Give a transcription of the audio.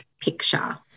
picture